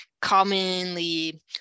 commonly